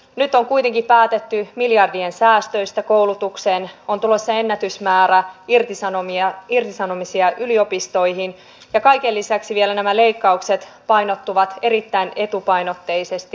nyt on kuitenkin päätetty miljardien säästöistä koulutukseen on tulossa ennätysmäärä irtisanomisia yliopistoihin ja kaiken lisäksi nämä leikkaukset vielä painottuvat erittäin etupainotteisesti